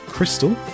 Crystal